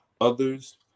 others